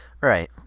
right